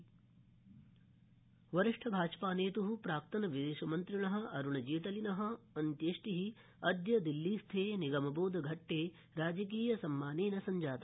जेटली अत्येष्टि वरिष्ठभाज ानेत् प्राक्तन् विदेशमन्त्रिण अरुणजेटलिन अत्येष्टि अदय दिल्लीस्थे निगमबोधघट्टे राजकीयसम्मानेन सञ्जाता